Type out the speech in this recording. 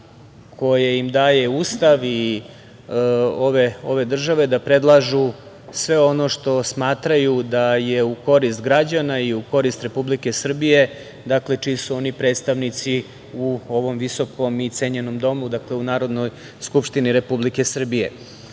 koje im daje Ustav ove države da predlažu sve ono što smatraju da je u korist građana i u korist Republike Srbije čiji su oni predstavnici u ovom visokom i cenjenom Domu, dakle u Narodnoj skupštini Republike Srbije. Smatram